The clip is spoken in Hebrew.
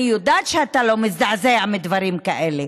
אני יודעת שאתה לא מזדעזע מדברים כאלה,